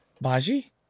Baji